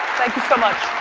thank you so much.